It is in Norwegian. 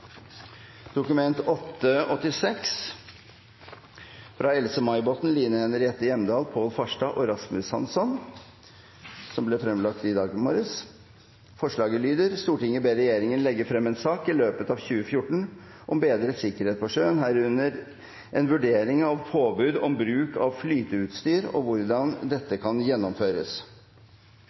Dokument 8:86 S for 2013–2014, fra Else-May Botten, Line Henriette Hjemdal, Pål Farstad og Rasmus Hansson. Forslaget lyder: «Stortinget ber regjeringen legge frem en sak i løpet av 2014 om bedret sikkerhet på sjøen, herunder en vurdering av påbud om bruk av flyteutstyr og hvordan dette kan gjennomføres.»